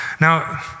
Now